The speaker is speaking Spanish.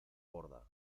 borda